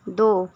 दो